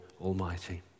Almighty